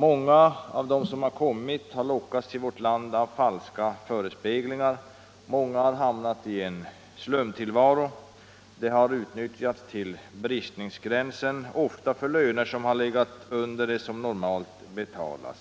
Många av dem som kommit har lockats till vårt land av falska förespeglingar, många har hamnat i en slumtillvaro, de har utnyttjats till bristningsgränsen, ofta för löner som har legat under dem som normalt betalas.